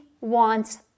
wants